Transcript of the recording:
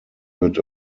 wird